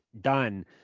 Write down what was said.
done